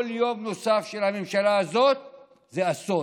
כל יום נוסף של הממשלה הזו הוא אסון,